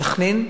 בסח'נין,